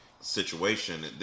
situation